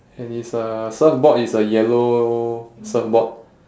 and his uh surfboard is a yellow surfboard